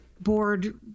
board